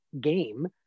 game